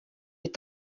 jet